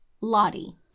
Lottie